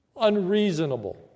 unreasonable